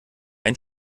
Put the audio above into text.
ein